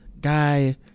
guy